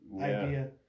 idea